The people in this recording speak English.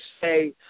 say